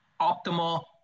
optimal